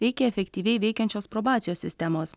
reikia efektyviai veikiančios probacijos sistemos